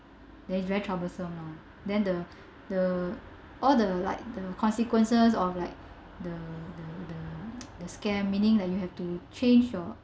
then is very troublesome lah then the the all the like the consequences of like the the the the scam meaning like you have to change your